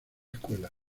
escuela